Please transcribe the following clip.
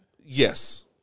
Yes